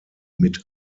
mit